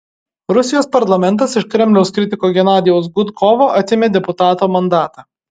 rusijos parlamentas iš kremliaus kritiko genadijaus gudkovo atėmė deputato mandatą